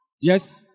Yes